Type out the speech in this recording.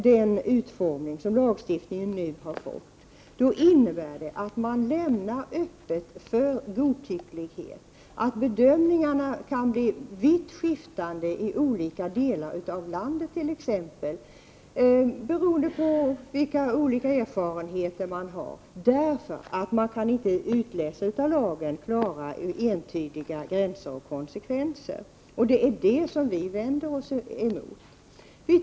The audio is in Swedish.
Den utformning som lagstiftningen nu har fått innebär att man ger utrymme för godtycklighet. I olika delar av landet kan vitt skilda bedömningar göras — det beror ju på vilka olika erfarenheter man har. Anledningen till olikheterna är att man inte kan utläsa klart och entydigt vilka konsekvenser lagen kan få eller var gränsen för vad som är tillåtet resp. otillåtet dras.